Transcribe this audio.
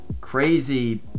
crazy